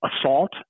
assault